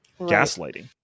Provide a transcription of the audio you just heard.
gaslighting